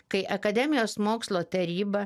kai akademijos mokslo taryba